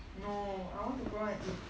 no I want to go and eat